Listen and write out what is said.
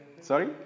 Sorry